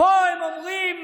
פה הם אומרים